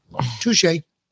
Touche